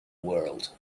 world